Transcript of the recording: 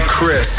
Chris